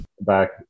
back